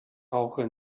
rauche